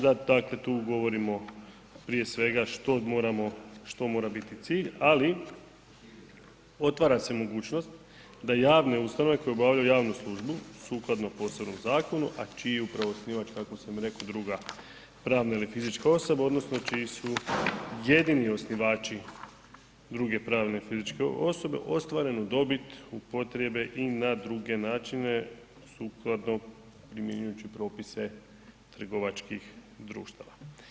Dakle tu govorimo prije svega što mora biti cilj ali otvara se mogućnost da javne ustanove koje obavljaju javnu službu sukladno posebnom zakonu a čiji je upravo osnivač kako sam rekao, druga pravna ili fizička osoba odnosno čiji su jedini osnivač druge pravne ili fizičke osobe, ostvarenu dobit upotrijebe i na druge načine sukladno ne mijenjajući propise trgovačkih društava.